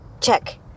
Check